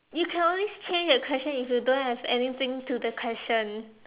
you can always change the questions if you don't have anything to the question